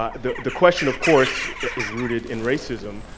ah the the question, of course, is rooted in racism,